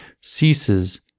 ceases